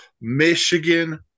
Michigan